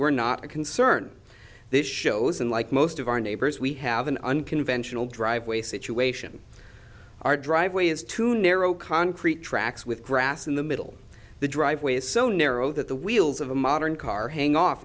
were not a concern this shows unlike most of our neighbors we have an unconventional driveway situation our driveway is too narrow concrete tracks with grass in the middle the driveway is so narrow that the wheels of a modern car hang off